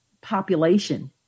population